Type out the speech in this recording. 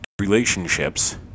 relationships